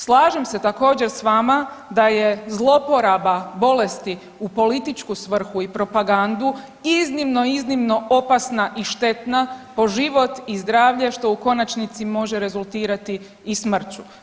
Slažem se također, s vama da je zloporaba bolesti u političku svrhu i propagandu iznimno, iznimno opasna i štetna po život i zdravlje, što u konačnici može rezultirati i smrću.